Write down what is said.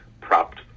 propped